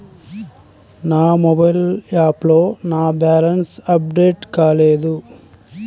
నా మొబైల్ యాప్లో నా బ్యాలెన్స్ అప్డేట్ కాలేదు